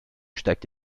steigt